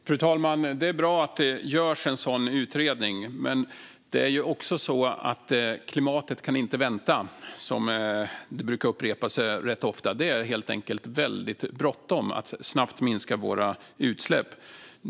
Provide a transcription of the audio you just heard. Fru talman! Det är bra att det görs en sådan utredning, men klimatet kan inte vänta. Det är något som brukar upprepas rätt ofta. Det är helt enkelt väldigt bråttom att snabbt minska våra utsläpp.